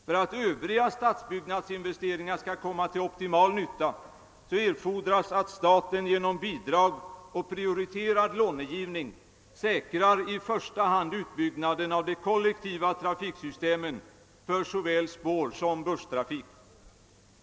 För att övriga stadsbyggnadsinvesteringar skall komma till optimal nytta erfordras att staten genom bidrag och prioriterad långivning säkrar i första hand utbyggnaden av de kollektiva trafiksystemen för såväl spårsom busstrafik.